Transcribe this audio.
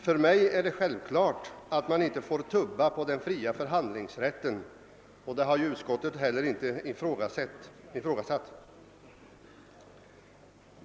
För mig är det självklart att man inte får tubba på den fria förhandlingsrätten, och det har ju utskottet heller inte ifrågasatt.